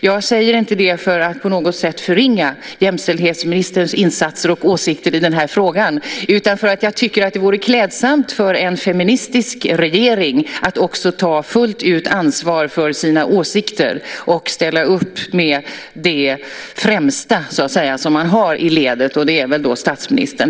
Jag säger inte det för att på något sätt förringa jämställdhetsministerns insatser och åsikter i den här frågan, utan för att jag tycker att det vore klädsamt för en feministisk regering att också ta fullt ut ansvar för sina åsikter och ställa upp med det främsta som man har i ledet - det är väl statsministern.